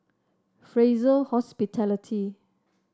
Fraser Hospitality